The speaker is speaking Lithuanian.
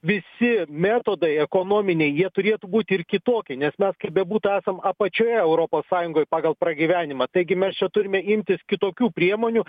visi metodai ekonominiai jie turėtų būti ir kitokie nes mes kaip bebūtų esam apačioje europos sąjungoj pagal pragyvenimą taigi mes čia turime imtis kitokių priemonių